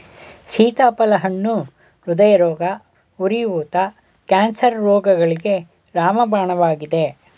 ಸೀತಾಫಲ ಹಣ್ಣು ಹೃದಯರೋಗ, ಉರಿ ಊತ, ಕ್ಯಾನ್ಸರ್ ರೋಗಗಳಿಗೆ ರಾಮಬಾಣವಾಗಿದೆ